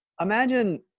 imagine